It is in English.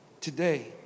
Today